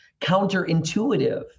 counterintuitive